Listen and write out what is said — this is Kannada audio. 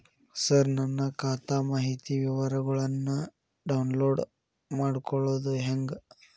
ಸರ ನನ್ನ ಖಾತಾ ಮಾಹಿತಿ ವಿವರಗೊಳ್ನ, ಡೌನ್ಲೋಡ್ ಮಾಡ್ಕೊಳೋದು ಹೆಂಗ?